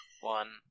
One